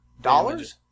dollars